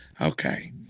Okay